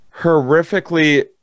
horrifically